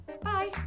bye